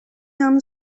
and